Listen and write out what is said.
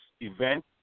event